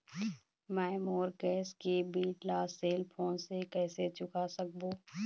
मैं मोर गैस के बिल ला सेल फोन से कइसे चुका सकबो?